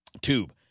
tube